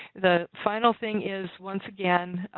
the final thing is, once again,